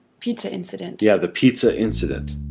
pizza incident yeah, the pizza incident